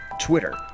Twitter